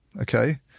okay